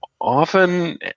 often